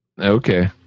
Okay